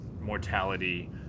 mortality